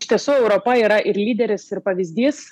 iš tiesų europa yra ir lyderis ir pavyzdys